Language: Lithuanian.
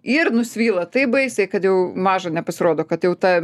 ir nusvyla taip baisiai kad jau maža nepasirodo kad jau ta